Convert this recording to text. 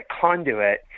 conduit